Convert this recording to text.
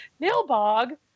Nilbog